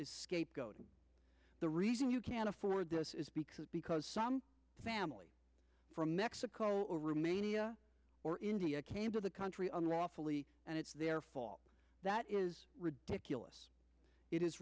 is scapegoating the reason you can afford this is because because some family from mexico or rumania or india came to the country unlawfully and it's their fault that is ridiculous it is